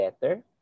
better